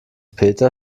peter